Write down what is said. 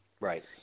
Right